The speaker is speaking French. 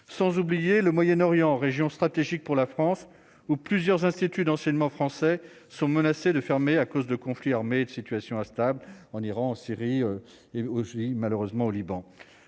sans oublier le Moyen-Orient région stratégique pour la France, où plusieurs instituts d'enseignement français sont menacés de fermer à cause de conflits armés, une situation instable en Iran, en Syrie, et aussi malheureusement au Liban,